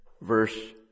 verse